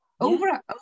Over